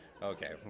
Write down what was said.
Okay